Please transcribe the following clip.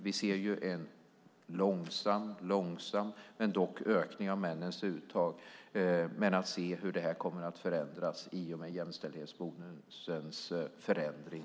Vi ser en långsam men dock ökning av männens uttag, men jag ser fram emot att detta kommer att förändras i och med jämställdhetsbonusens förändring.